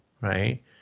right